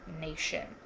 nation